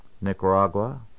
Nicaragua